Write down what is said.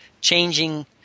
changing